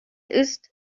ist